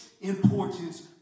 Importance